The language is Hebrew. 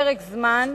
פרק זמן